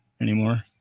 anymore